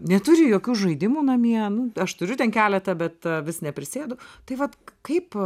neturi jokių žaidimų namie nu aš turiu ten keletą bet vis neprisėdu taip pat kaip